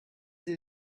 sie